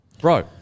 bro